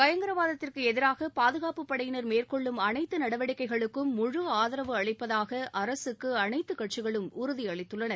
பயங்கரவாதத்திற்கு எதிராக பாதுகாப்பு படையினர் மேற்கொள்ளும் அனைத்து நடவடிக்கைகளுக்கும் முழு ஆதரவு அளிப்பதாக அரசுக்கு அனைத்துக்கட்சிகளும் உறுதியளித்துள்ளன